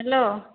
hello